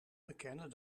bekennen